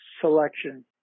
selection